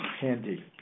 handy